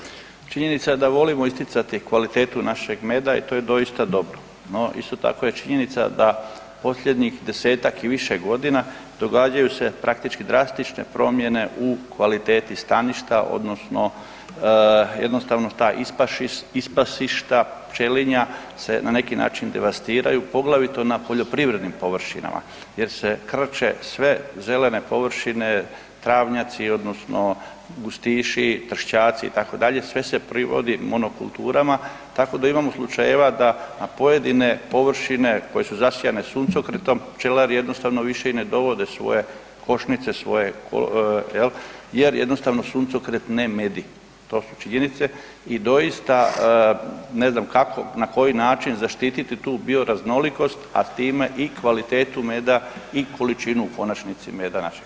Poštovani saborski zastupniče, činjenica da volimo isticati kvalitetu našeg meda i to je doista dobro no, isto tako je činjenica da posljednjih 10-ak i više godina događaju se praktički drastične promjene u kvaliteti staništa odnosno jednostavno ta ispasišta pčelinja se na neki način devastiraju, poglavito na poljoprivrednim površinama jer se krče sve zelene površine, travnjaci, odnosno gustiši, tršćaci itd., sve se privodi monokulturama tako da imamo slučajeva da pojedine površine koje su zasijane suncokretom, pčelari jednostavno više i ne dovode svoje košnice, svoje jel, jel jednostavno suncokret ne medi, to su činjenice i doista ne znam kako, na koji zaštititi tu bioraznolikost a time i kvalitetu meda i količinu u konačnici meda naših